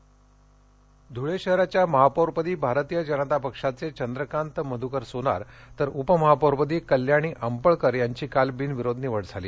धळेमनपा ध्रळे शहराच्या महापौरपदी भारतीय जनता पक्षाचे चंद्रकांत सोनार तर उपमहापौरपदी कल्याणी अंपळकर यांची काल बिनविरोध निवड झाली